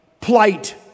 plight